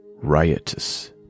riotous